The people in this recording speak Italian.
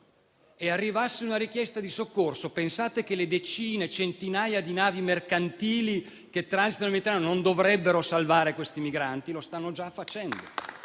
e arrivasse una richiesta di soccorso, pensate che le decine e centinaia di navi mercantili che transitano in Italia non dovrebbero salvare quei migranti? Lo stanno già facendo.